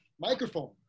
microphone